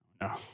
no